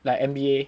like N_B_A